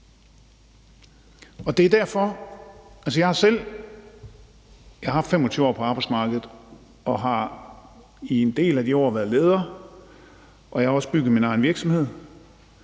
som er fattige. Jeg har haft 25 år på arbejdsmarkedet og har i en del af de år været leder, og jeg har også bygget min egen virksomhed,